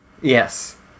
Yes